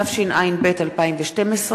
התשע"ב 2012,